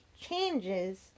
changes